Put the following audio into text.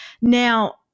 Now